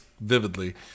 vividly